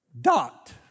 dot